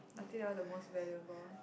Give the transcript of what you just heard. I take out the most valuable